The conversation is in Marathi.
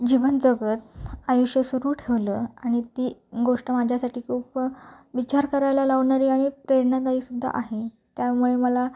जीवन जगत आयुष्य सुरु ठेवलं आणि ती गोष्ट माझ्यासाठी खूप विचार करायला लावणारी आणि प्रेरणादायी सुद्धा आहे त्यामुळे मला